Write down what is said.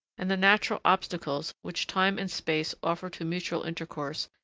and the natural obstacles, which time and space offer to mutual intercourse,